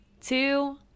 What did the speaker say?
two